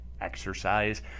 exercise